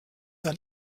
ein